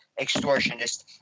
extortionist